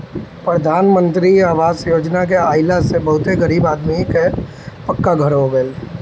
प्रधान मंत्री आवास योजना के आइला से बहुते गरीब आदमी कअ पक्का घर हो गइल